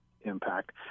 impact